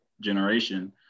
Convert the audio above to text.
generation